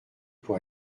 pour